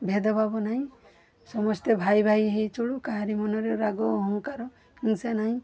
ଭେଦଭାବ ନାହିଁ ସମସ୍ତେ ଭାଇ ଭାଇ ହେଇ ଚଳୁ କାହାରି ମନରେ ରାଗ ଅହଂକାର ହିଂସା ନାହିଁ